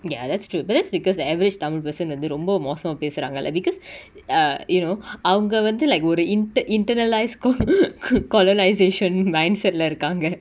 ya that's true but that's because the average tamil person வந்து ரொம்ப மோசமா பேசுராங்க:vanthu romba mosama pesuranga lah because err you know அவங்க வந்து:avanga vanthu like ஒரு:oru inte~ internalise co~ colonisation mindset lah இருக்காங்க:irukaanga